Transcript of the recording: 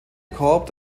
korb